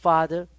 Father